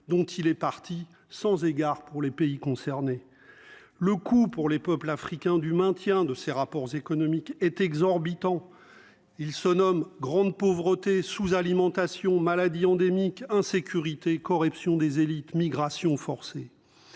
dont il est parti sans égard pour les pays concernés. Le coût pour les peuples africains du maintien de ces rapports économiques est exorbitant. Il se nomme grande pauvreté sous-alimentation maladie endémique insécurité corruption des élites migration forcée.